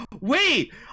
Wait